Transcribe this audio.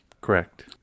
Correct